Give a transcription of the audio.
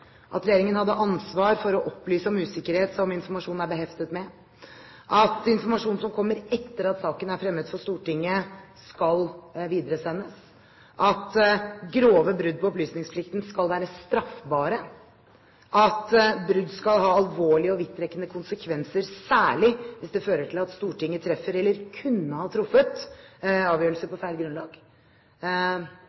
at regjeringen hadde ansvar for å opplyse om usikkerhet som informasjon er beheftet med, at informasjon som kommer etter at saken er fremmet for Stortinget, skal videresendes, at grove brudd på opplysningsplikten skal være straffbare, at brudd skal ha alvorlige og vidtrekkende konsekvenser, særlig hvis det fører til at Stortinget treffer eller kunne ha truffet avgjørelser